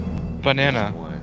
Banana